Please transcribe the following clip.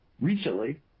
Recently